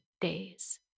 days